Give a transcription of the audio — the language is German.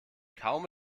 kaum